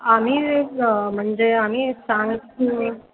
आम्ही म्हणजे आम्ही सांग